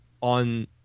on